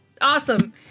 Awesome